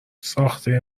ساخته